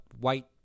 white